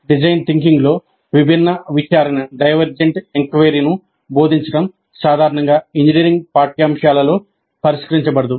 design థింకింగ్లో విభిన్న విచారణ ను బోధించడం సాధారణంగా ఇంజనీరింగ్ పాఠ్యాంశాలలో పరిష్కరించబడదు